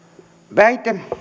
väite